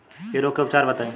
इ रोग के उपचार बताई?